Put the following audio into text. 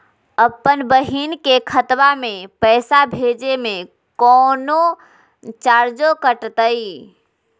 अपन बहिन के खतवा में पैसा भेजे में कौनो चार्जो कटतई?